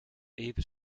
even